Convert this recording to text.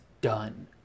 done